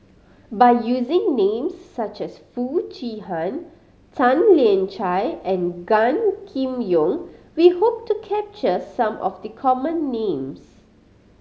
by using names such as Foo Chee Han Tan Lian Chye and Gan Kim Yong we hope to capture some of the common names